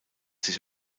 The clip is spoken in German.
sich